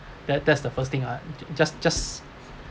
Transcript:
that that's the first thing lah just just